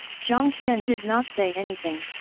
jiang tian did not say anything,